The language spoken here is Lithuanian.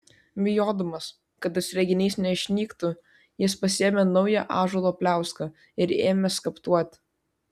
bijodamas kad tas reginys neišnyktų jis pasiėmė naują ąžuolo pliauską ir ėmė skaptuoti